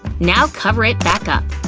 now cover it back up.